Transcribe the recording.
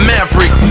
Maverick